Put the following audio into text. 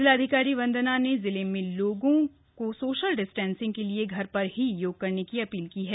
जिलाधिकारी वंदना ने जिले के लोगों सोशल डिस्टेंसिंग के लिए घर पर ही योग करने की अपील की है